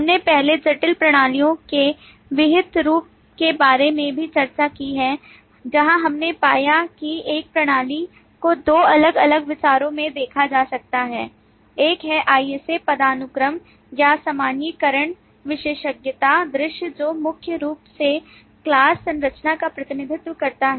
हमने पहले जटिल प्रणालियों के विहित रूप के बारे में भी चर्चा की है जहां हमने पाया कि एक प्रणाली को दो अलग अलग विचारों में देखा जा सकता है एक है IS A पदानुक्रम या सामान्यीकरण विशेषज्ञता दृश्य जो मुख्य रूप से class संरचना का प्रतिनिधित्व करता है